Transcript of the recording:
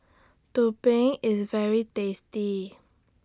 Tumpeng IS very tasty